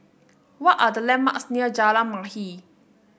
what are the landmarks near Jalan Mahir